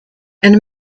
and